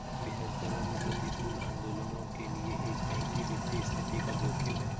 ब्याज दरों में प्रतिकूल आंदोलनों के लिए एक बैंक की वित्तीय स्थिति का जोखिम है